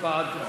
אדוני